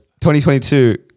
2022